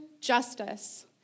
justice